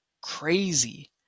crazy